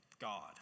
God